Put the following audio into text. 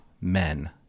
men